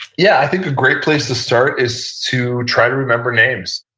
yeah i think a great place to start is to try to remember names.